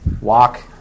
walk